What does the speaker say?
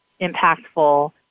impactful